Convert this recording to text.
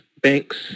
banks